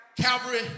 calvary